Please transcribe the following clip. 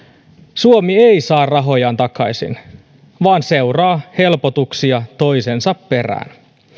suomi ei saa rahojaan takaisin vaan seuraa helpotuksia toisensa perään